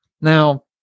Now